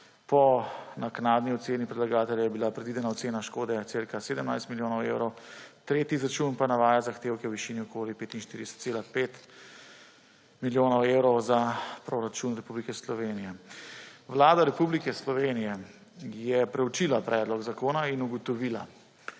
po naknadni oceni predlagatelja je bila predvidena ocena škode cirka 17 milijonov evrov, tretji izračun pa navaja zahtevke v višini okoli 45,5 milijona evrov za proračun Republike Slovenije. Vlada Republike Slovenije je proučila predlog zakona in ugotovila,